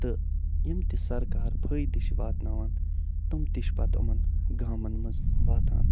تہٕ یِم تہِ سرکار فٲیِدٕ چھِ واتناون تِم تہِ چھِ پتہٕ یِمَن گامَن منٛز واتان